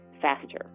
faster